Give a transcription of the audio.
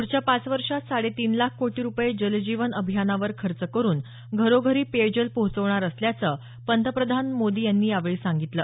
पुढच्या पाच वर्षांत साडे तीन लाख कोटी रुपये जल जीवन अभियानावर खर्च करून घरोघरी पेयजल पोहोचवणार असल्याचं पंतप्रधान मोदी यांनी यावेळी सांगितलं